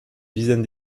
dizaine